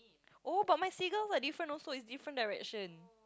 oh but my seagulls are different also it's different direction